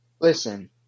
Listen